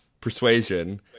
Persuasion